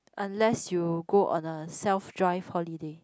unless you go on a self drive holiday